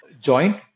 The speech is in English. joint